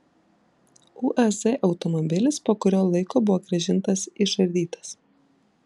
uaz automobilis po kurio laiko buvo grąžintas išardytas